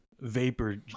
Vapor